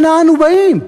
אנה אנו באים?